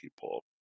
people